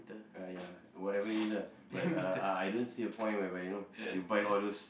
uh ya whatever it is ah but uh I I don't see a point whereby you know you buy all those